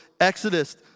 Exodus